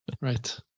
Right